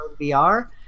VR